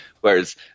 whereas